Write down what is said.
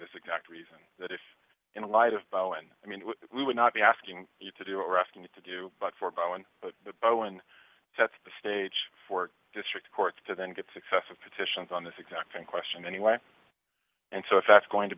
this exact reason that if in the light of bowen i mean we would not be asking you to do what we're asking you to do but for bowen but the bowen sets the stage for district court to then get successive petitions on this exact same question anyway and so if that's going to